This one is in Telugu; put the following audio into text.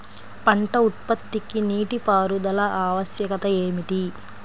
పంట ఉత్పత్తికి నీటిపారుదల ఆవశ్యకత ఏమిటీ?